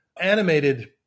animated